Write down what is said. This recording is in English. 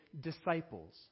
disciples